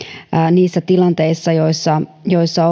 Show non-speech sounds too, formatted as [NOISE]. niissä tilanteissa joissa joissa [UNINTELLIGIBLE]